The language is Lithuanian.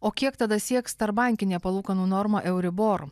o kiek tada sieks tarpbankinė palūkanų norma euribor